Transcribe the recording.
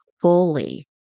fully